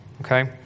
okay